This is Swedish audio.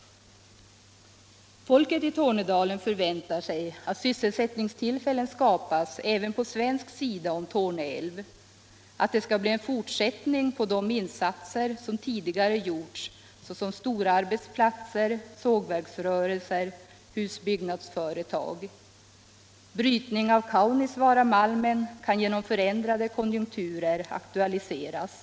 Befolkningen i Tornedalen förväntar sig att sysselsättningstillfällen skapas även på svensk sida om Torneälv, att det skall bli en fortsättning på de insatser som tidigare gjorts såsom storarbetsplatser, sågverksrörelser och husbyggnadsföretag. Brytning av Kaunisvaaramalmen kan genom förändrade konjunkturer aktualiseras.